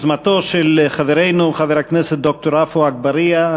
ביוזמתו של חברנו חבר הכנסת ד"ר עפו אגבאריה,